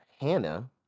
Hannah